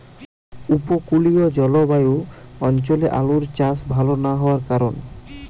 উপকূলীয় জলবায়ু অঞ্চলে আলুর চাষ ভাল না হওয়ার কারণ?